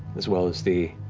as well as the